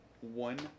One